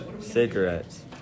Cigarettes